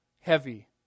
heavy